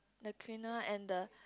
the quinoa and the